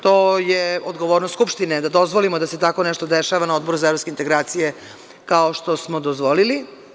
To je odgovornost Skupštine, da dozvolimo da se tako nešto dešava na Odboru za evropske integracije, kao što smo dozvolili.